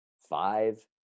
five